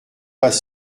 pas